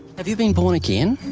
have you been born again?